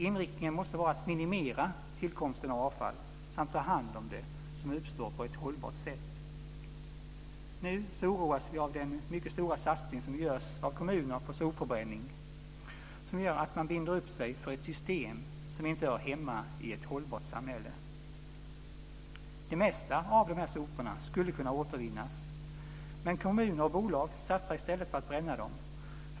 Inriktningen måste vara att minimera tillkomsten av avfall samt att ta hand om det som uppstår på ett hållbart sätt. Nu oroas vi av kommuners mycket stora satsning på sopförbränning som gör att man binder upp sig för ett system som inte hör hemma i ett hållbart samhälle. Det mesta av soporna skulle kunna återvinnas, men kommuner och bolag satsar i stället på att bränna dem.